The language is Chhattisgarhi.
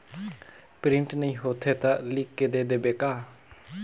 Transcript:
प्रिंट नइ होथे ता लिख के दे देबे का?